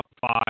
five